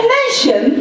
nation